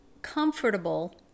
comfortable